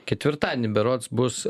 ketvirtadienį berods bus